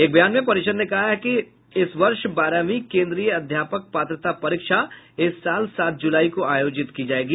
एक बयान में परिषद ने कहा है कि इस वर्ष बारहवीं केंद्रीय अध्यापक पात्रता परीक्षा इस साल सात जुलाई को आयोजित की जाएगी